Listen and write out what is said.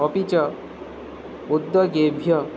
अपि च उद्दोगेभ्यः